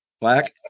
Black